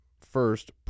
first